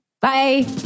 Bye